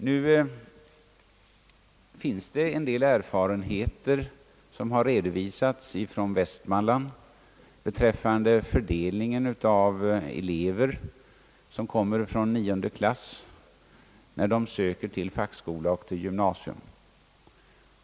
Nu finns det en del erfarenheter redovisade från Västmanland beträffande fördelningen av elever från klass 9 när de söker till fackskola och gymnasium.